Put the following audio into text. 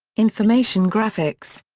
information graphics.